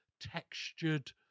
textured